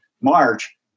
March